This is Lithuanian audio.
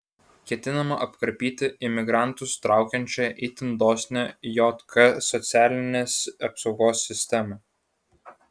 ketinama apkarpyti imigrantus traukiančią itin dosnią jk socialinės apsaugos sistemą